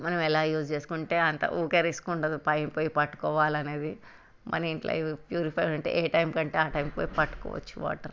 మనం ఎలా యూస్ చేసుకుంటే అంతా ఊరికే రిస్క్ ఉండదు పై పైకి పోయి పట్టుకోవాలనేది మన ఇంట్లో ప్యూరిఫై ఉంటే ఎ టైం కంటే ఆ టైంకి పట్టుకోవచ్చు